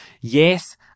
yes